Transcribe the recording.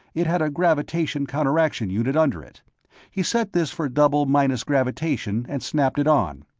it had a gravity-counteraction unit under it he set this for double minus-gravitation and snapped it on.